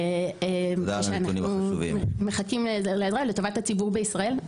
ושאנחנו מחכים לעזרה לטובת הציבור בישראל.